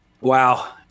Wow